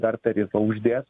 dar tarifą uždės